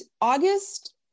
august